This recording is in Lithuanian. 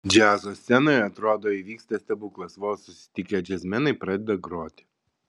džiazo scenoje atrodo įvyksta stebuklas vos susitikę džiazmenai pradeda groti